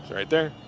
right there.